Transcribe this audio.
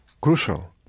crucial